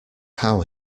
how